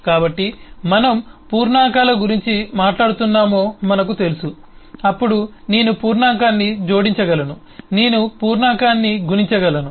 కాబట్టి మనం పూర్ణాంకాల గురించి మాట్లాడుతున్నామో మనకు తెలుసు అప్పుడు నేను పూర్ణాంకాన్ని జోడించగలను నేను పూర్ణాంకాన్ని గుణించగలను